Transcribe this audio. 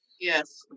Yes